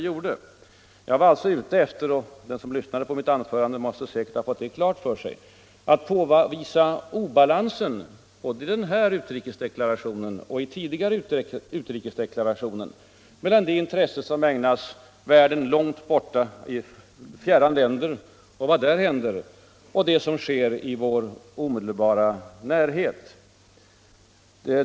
Jag var alltså ute efter — och den som lyssnade på mitt anförande måste ha fått det klart för sig — att påvisa obalansen både i den här utrikesdeklarationen och tidigare mellan det utrymme som ägnas världen och problem långt borta i fjärran länder och det intresse som visas vad som sker i vår omedelbara närhet.